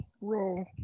Roll